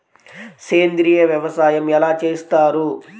సేంద్రీయ వ్యవసాయం ఎలా చేస్తారు?